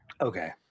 Okay